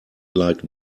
like